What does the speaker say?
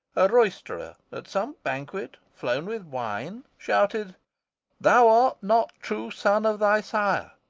a roisterer at some banquet, flown with wine, shouted thou art not true son of thy sire.